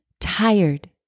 tired